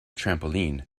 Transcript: trampoline